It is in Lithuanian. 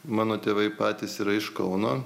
mano tėvai patys yra iš kauno